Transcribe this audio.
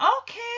Okay